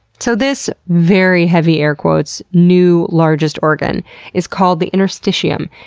so this, very heavy air-quotes, new largest organ is called the interstitium.